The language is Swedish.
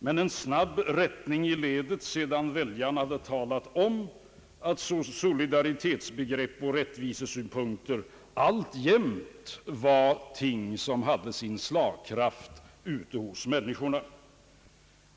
Men det blev en snabb rättning i ledet sedan väljarna hade talat om att solidaritetsbegrepp och rättvisesynpunkter alltjämt var ting som hade sin slagkraft ute hos människorna.